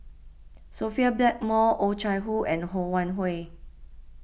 Sophia Blackmore Oh Chai Hoo and Ho Wan Hui